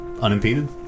unimpeded